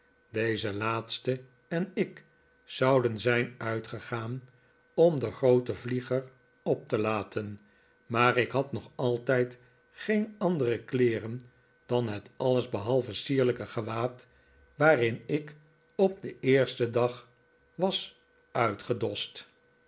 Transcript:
deze laatste en ik zouden zijn uitgegaan om den grooten vlieger op te laten maar ik had nog altijd geen andere kleeren dan het alles behalve sierlijke gewaad waarin ik op den eersten dag was uitgedost